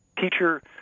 teacher